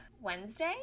wednesday